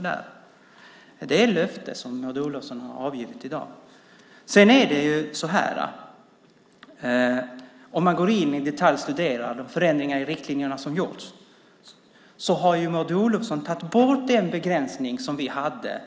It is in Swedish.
Det är ett löfte som Maud Olofsson har avgivit i dag. Om man går in och i detalj studerar de förändringar i riktlinjerna som har gjorts ser man att Maud Olofsson har tagit bort den begränsning som vi hade